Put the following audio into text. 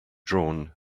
drawn